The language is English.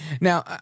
Now